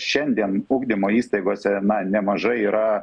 šiandien ugdymo įstaigose na nemažai yra